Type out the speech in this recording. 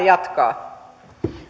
jatkaa